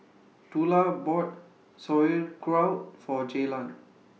Tula bought Sauerkraut For Jaylan